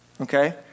Okay